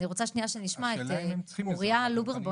אני רוצה שנייה שנשמע את אוריה לוברבום